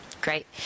Great